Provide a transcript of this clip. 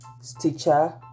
Stitcher